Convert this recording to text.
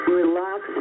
relax